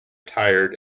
tired